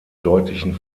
deutlichen